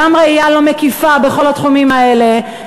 גם ראייה לא מקיפה בכל התחומים האלה.